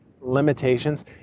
limitations